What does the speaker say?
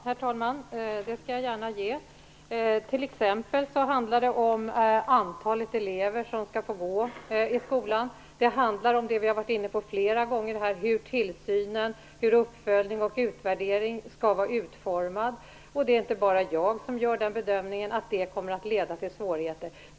Herr talman! Det skall jag gärna ge. Det handlar t.ex. om antalet elever som skall få gå i skolan. Det handlar om det vi har varit inne på flera gånger här: hur tillsyn, uppföljning och utvärdering skall vara utformade. Det är inte bara jag som gör bedömningen att detta kommer att leda till svårigheter.